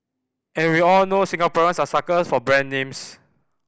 and we all know Singaporeans are suckers for brand names